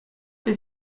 did